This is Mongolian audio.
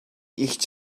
эгч